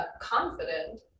Confident